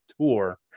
tour